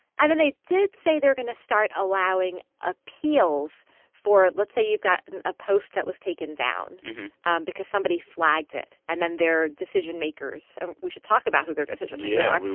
and then they did say they're going to start allowing appeals for let's say you've got a post that was taken down because somebody flagged it. and then their decision makers and we should talk about who their decision yeah makers